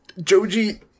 Joji